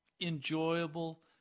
enjoyable